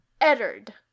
Eddard